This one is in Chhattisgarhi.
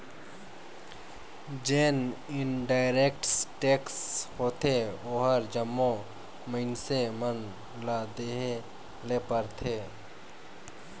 जेन इनडायरेक्ट टेक्स होथे ओहर जम्मो मइनसे मन ल देहे ले परथे